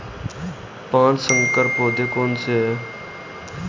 पाँच संकर पौधे कौन से हैं?